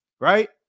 right